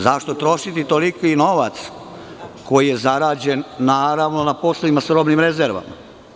Zašto trošiti toliki novac koji je zarađen, naravno, na poslovima sa robnim rezervama?